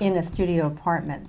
in a studio apartment